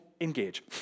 engage